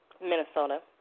Minnesota